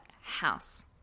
house